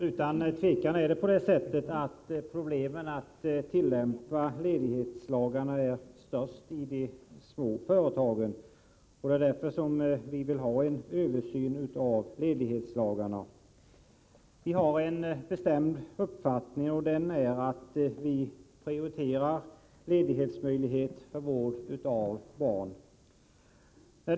Herr talman! Utan tvivel är problemet att tillämpa ledighetslagarna störst i de små företagen. Därför vill vi också att det skall göras en översyn av dessa lagar. Vår bestämda uppfattning är att ledighet för vård av barn skall prioriteras.